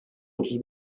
otuz